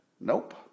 Nope